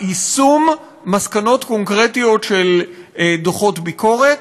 יישום מסקנות קונקרטיות של דוחות ביקורת,